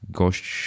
gość